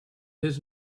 his